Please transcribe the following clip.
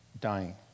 dying